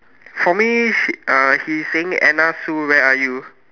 for me she uh he's saying Anna Sue where are you